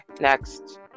next